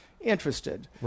interested